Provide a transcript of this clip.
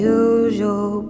usual